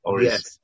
Yes